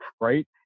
right